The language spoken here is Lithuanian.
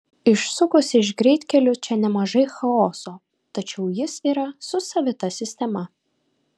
išsukus iš greitkelių čia nemažai chaoso tačiau jis yra su savita sistema